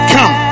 Come